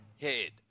head